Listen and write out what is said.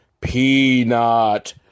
Peanut